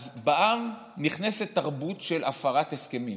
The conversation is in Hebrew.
אז בעם נכנסת תרבות של הפרת הסכמים.